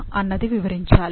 అన్నది వివరించాలి